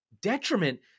detriment